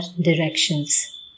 directions